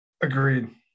Agreed